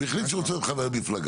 הוא החליט שהוא רוצה להיות חבר מפלגה.